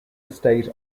estate